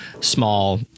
small